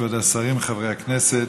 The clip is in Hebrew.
כבוד השרים, חברי הכנסת,